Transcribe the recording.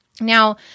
Now